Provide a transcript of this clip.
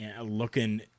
Looking